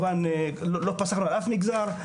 לא פסחנו על אף מגזר.